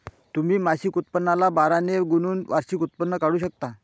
तुम्ही मासिक उत्पन्नाला बारा ने गुणून वार्षिक उत्पन्न काढू शकता